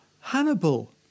Hannibal